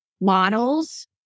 models